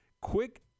quick